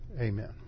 amen